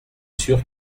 sûr